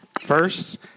First